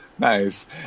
Nice